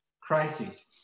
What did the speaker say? crises